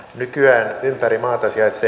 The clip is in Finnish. nykyään ympäri maata sijaitsee